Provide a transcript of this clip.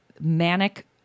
manic